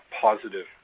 positive